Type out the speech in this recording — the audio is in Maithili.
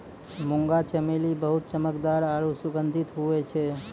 मुंगा चमेली बहुत चमकदार आरु सुगंधित हुवै छै